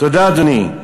תודה, אדוני.